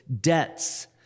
Debts